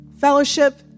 Fellowship